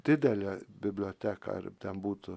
didelę biblioteka ar ten būtų